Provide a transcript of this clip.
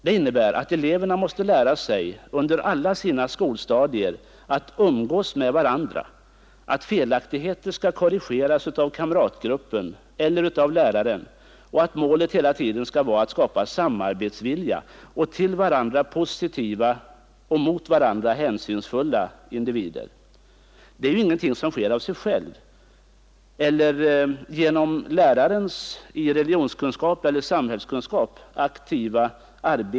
Det innebär att eleverna måste lära sig under alla sina skolstadier att umgås med varandra, att felaktigheter skall korrigeras av kamratgruppen eller av läraren och att målet hela tiden skall vara att skapa samarbetsvilja och till varandra positiva och mot varandra hänsynsfulla individer. Det är ingenting som sker av sig självt eller genom aktivt arbete av läraren i samhällskunskap eller religionskunskap.